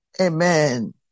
Amen